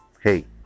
hey